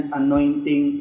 anointing